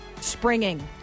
springing